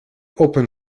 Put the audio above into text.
open